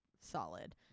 solid